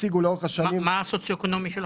מה הדירוג סוציו-אקונומי שלך?